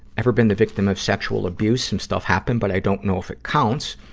ever been the victim of sexual abuse? some stuff happened, but i don't know if it counts.